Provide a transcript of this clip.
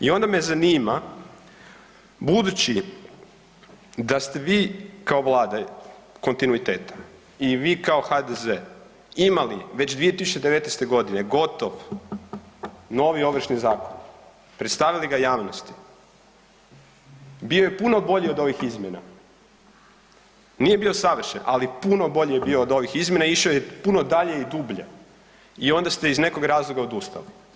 I onda me zanima budući da ste vi kao vlada kontinuiteta i vi kao HDZ imali već 2019.g. gotovo novi Ovršni zakon, predstavili ga javnosti, bio je puno bolji od ovih izmjena nije bio savršen, ali puno bolji je bio od ovih izmjena, išao je puno dalje i dublje i onda ste iz nekog razloga odustali.